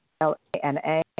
L-A-N-A